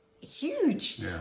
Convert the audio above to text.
huge